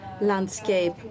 landscape